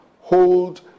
hold